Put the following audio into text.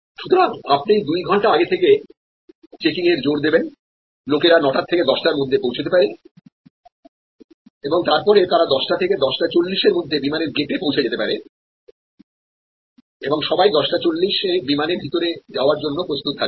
সুতরাং আপনিদুই ঘন্টা আগে থেকে চেকিংয়ের জোর দেবেন লোকেরা নয় থেকে দশটার মধ্যে পৌঁছতে পারে এবং তারপরে তারা দশটা থেকে দশটা চল্লিশ এর মধ্যেবিমানের গেটে পৌঁছে যেতে পারে এবং সবাই দশটা চল্লিশ এবিমানের ভিতর যাওয়ার জন্য প্রস্তুত থাকবে